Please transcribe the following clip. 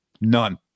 none